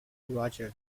roger